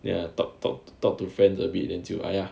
ya talk talk talk to friends a bit then 就 !aiya!